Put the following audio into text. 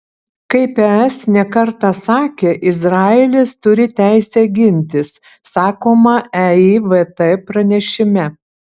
kaip es ne kartą sakė izraelis turi teisę gintis sakoma eivt pranešime